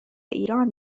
ایران